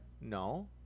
no